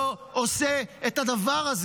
או מינוי אנשים אחרים לא עושה את הדבר הזה.